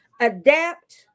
Adapt